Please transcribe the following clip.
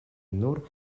nur